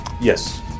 Yes